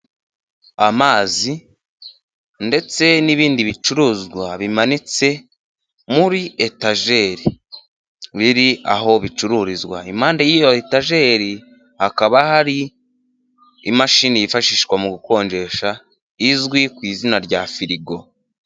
Amazi ndetse n'ibindi bicuruzwa bimanitse muri etajeri biri aho bicururizwa, impande y'iyo etageri hakaba hari imashini yifashishwa mu gukonjesha izwi ku izina rya firigo.